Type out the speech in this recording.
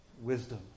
wisdom